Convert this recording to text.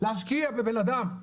2,000 שקל להשקיע בבן אדם.